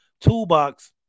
toolbox